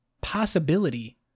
possibility